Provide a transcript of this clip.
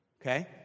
Okay